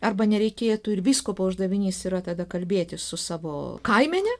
arba nereikėtų ir vyskupo uždavinys yra tada kalbėtis su savo kaimenę